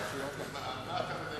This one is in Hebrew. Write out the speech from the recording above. בשעה כזאת אני לא שומע על מה אתה מדבר.